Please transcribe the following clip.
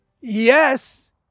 Yes